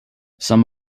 some